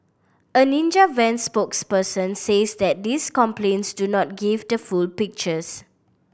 a Ninja Van spokesperson says that these complaints do not give the full pictures